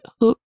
hook